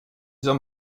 soll